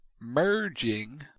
merging